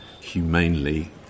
humanely